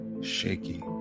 shaky